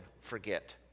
forget